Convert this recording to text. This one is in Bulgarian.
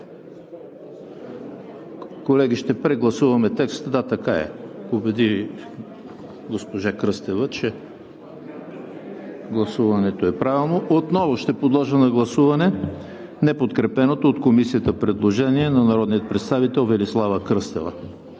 Колеги, ще прегласуваме текста. Да, така е. Госпожа Кръстева ме убеди, че гласуването е правилно. Отново ще подложа на гласуване неподкрепеното от Комисията предложение на народния представител Велислава Кръстева